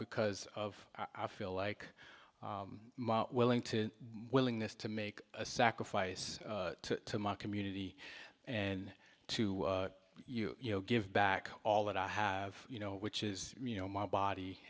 because of i feel like my willing to willingness to make a sacrifice to my community and to you you know give back all that i have you know which is you know my body